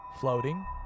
floating